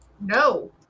No